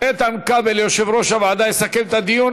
איתן כבל, יושב-ראש הוועדה, יסכם את הדיון.